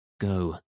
go